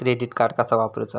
Credit card कसा वापरूचा?